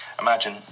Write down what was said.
Imagine